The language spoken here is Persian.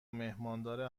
مهماندار